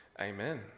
Amen